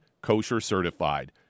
kosher-certified